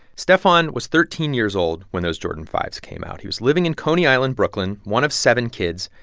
stephon was thirteen years old when those jordan five s came out. he was living in coney island, brooklyn, one of seven kids.